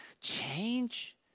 change